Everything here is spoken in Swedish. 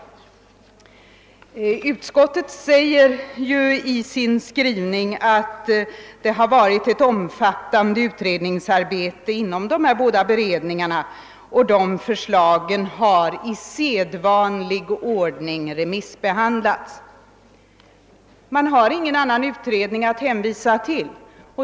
Utskottet skriver att det har gjorts ett omfattande utredningsarbete inom familjeoch kapitalskatteberedningarna och att förslagen har remissbehandlats i sedvanlig ordning, men någon annan utredning kan man inte hänvisa till.